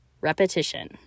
repetition